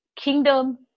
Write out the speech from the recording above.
kingdom